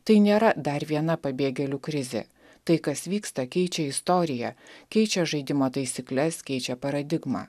tai nėra dar viena pabėgėlių krizė tai kas vyksta keičia istoriją keičia žaidimo taisykles keičia paradigmą